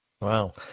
Wow